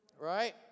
right